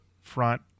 front